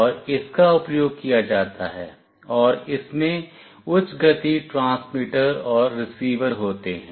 और इसका उपयोग किया जाता है और इसमें उच्च गति ट्रांसमीटर और रिसीवर होते हैं